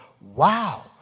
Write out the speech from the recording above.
wow